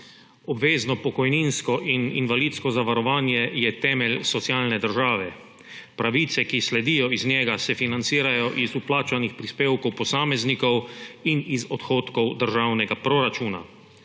Obvezno pokojninsko in invalidsko zavarovanje je temelj socialne države. Pravice, ki sledijo iz njega, se financirajo iz vplačanih prispevkov posameznikov in iz odhodkov državnega proračuna.